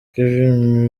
kevin